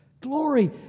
Glory